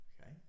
okay